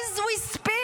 as we speak.